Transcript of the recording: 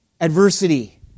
adversity